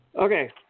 Okay